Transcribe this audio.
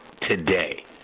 today